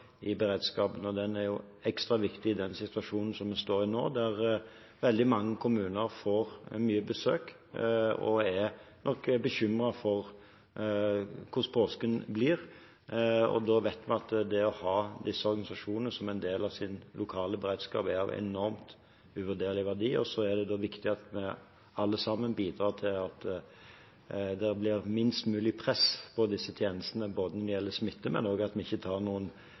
i beredskapen. Den er jo ekstra viktig i den situasjonen som vi står i nå, der veldig mange kommuner får mye besøk og nok er bekymret for hvordan påsken blir. Da vet vi at det å ha disse organisasjonene som en del av den lokale beredskapen er av enorm, uvurderlig verdi. Så er det viktig at vi alle sammen bidrar til at det blir minst mulig press på disse tjenestene når det gjelder smitte, men også at vi ikke tar